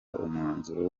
umwanzuro